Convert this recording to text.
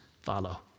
follow